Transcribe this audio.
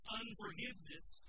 unforgiveness